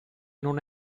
non